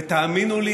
ותאמינו לי,